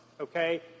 okay